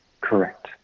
correct